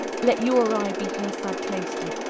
let you or i be her sad taster,